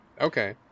Okay